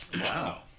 Wow